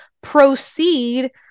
proceed